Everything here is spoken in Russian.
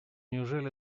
неужели